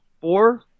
Four